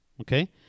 Okay